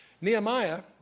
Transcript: Nehemiah